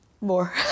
more